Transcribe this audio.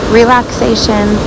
relaxation